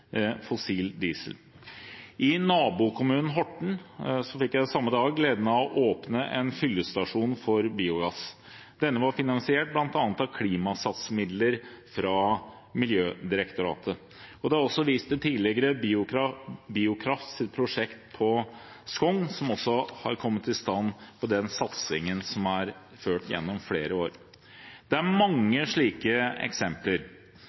fossil diesel. I nabokommunen Horten fikk jeg samme dag gleden av å åpne en fyllestasjon for biogass. Denne var finansiert av bl.a. klimasatsmidler fra Miljødirektoratet. Det er også vist til Biokrafts prosjekt på Skogn, som også er kommet i stand via satsingen som er ført gjennom flere år. Det er mange slike eksempler